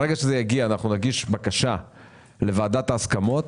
ברגע שזה יגיע אנחנו נגיש בקשה לוועדת ההסכמות.